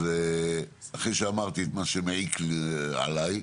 אז אחרי שאמרתי את מה שמעיק עליי,